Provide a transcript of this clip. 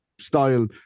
style